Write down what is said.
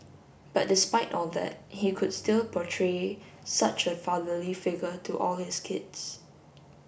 but despite all that he could still portray such a fatherly figure to all his kids